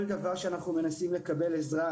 כל דבר שאנחנו מנסים לקבל עזרה,